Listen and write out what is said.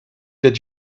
that